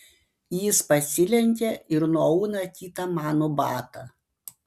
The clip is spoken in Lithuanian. jis pasilenkia ir nuauna kitą mano batą